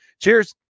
Cheers